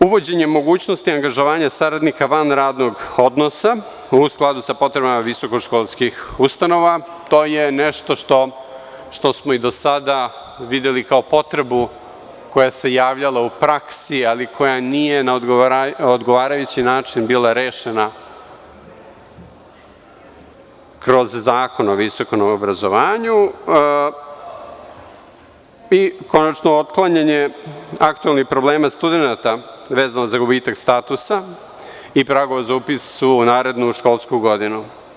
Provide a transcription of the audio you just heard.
uvođenje mogućnosti angažovanja saradnika van radnog odnosa u skladu sa potrebama visokoškolskih ustanova, to je nešto što smo i do sada videli kao potrebu koja se javljala u praksi, ali koja nije na odgovarajući način bila rešena kroz Zakon o visokom obrazovanju, ikonačno, otklanjanje aktuelnih problema studenata vezano za gubitak statusa i pravo za upis u narednu školsku godinu.